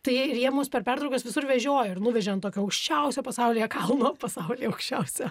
tai ir jie mus per pertraukas visur vežiojo ir nuvežė ant tokio aukščiausio pasaulyje kalno pasaulyje aukščiausio